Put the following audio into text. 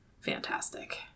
fantastic